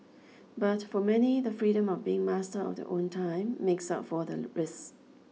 but for many the freedom of being master of their own time makes up for the risks